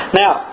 now